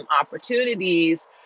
opportunities